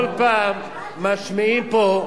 כל פעם משמיעים פה,